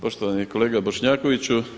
Poštovani kolega Bošnjakoviću.